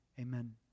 Amen